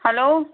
hello